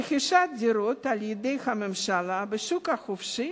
רכישת דירות על-ידי הממשלה בשוק החופשי